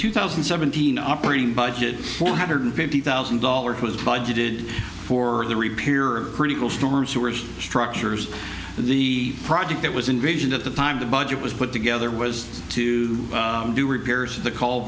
two thousand and seventeen operating budget one hundred fifty thousand dollars was budgeted for the repair critical storm sewers structures the project that was envisioned at the time the budget was put together was to do repairs the call